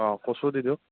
অঁ কচু দি দিয়ক